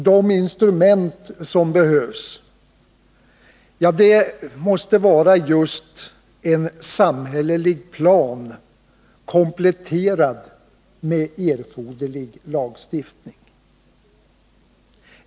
De instrument som behövs måste vara just en samhällelig plan, kompletterad med erforderlig lagstiftning.